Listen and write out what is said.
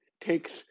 takes